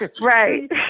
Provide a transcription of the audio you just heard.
Right